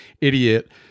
idiot